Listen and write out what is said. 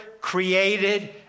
created